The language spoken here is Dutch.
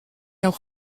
jouw